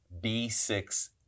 B6